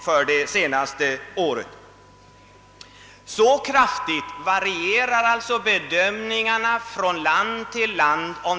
Bedömningarna av den internationella konjunkturen varierar alltså kraftigt från land till land.